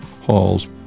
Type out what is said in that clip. halls